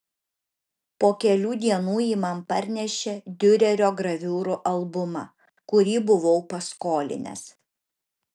po kelių dienų ji man parnešė diurerio graviūrų albumą kurį buvau paskolinęs